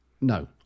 No